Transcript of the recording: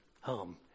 home